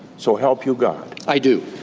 so help you god? i do